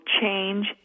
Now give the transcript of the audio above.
change